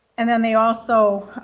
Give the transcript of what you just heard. and then they also.